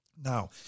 Now